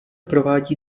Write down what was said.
provádí